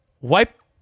wipe